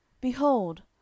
Behold